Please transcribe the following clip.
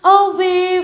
away